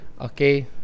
okay